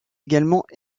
également